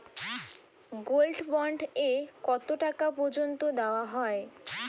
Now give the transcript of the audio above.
Gold bond এ কতো টাকা পর্যন্ত দেওয়া হয়?